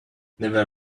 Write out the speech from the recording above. never